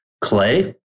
clay